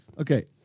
Okay